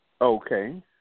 Okay